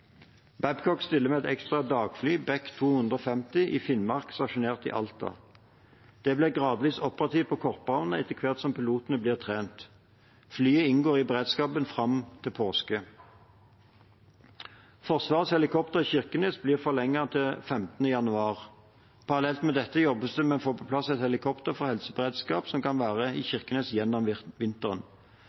Babcock stiller med et ekstra dagfly Beech B250 i Finnmark, stasjonert i Alta. Det blir gradvis operativt på kortbane etter hvert som pilotene blir trent. Flyet inngår i beredskapen fram til påske. Forsvarets helikopter i Kirkenes blir forlenget til 15. januar. Parallelt med dette jobbes det med å få på plass et helikopter for helseberedskap som kan være i Kirkenes gjennom vinteren.